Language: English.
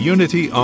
Unity